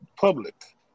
public